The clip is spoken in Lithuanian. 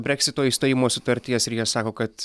breksito išstojimo sutarties ir jie sako kad